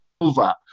over